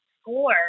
score